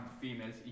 females